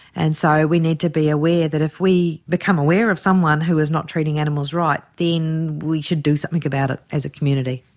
and so we need to be aware that if we become aware of someone who is not treating animals right, then we should do something about it as a community.